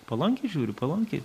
palankiai žiūriu palankiai